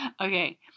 Okay